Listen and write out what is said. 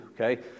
okay